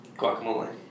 Guacamole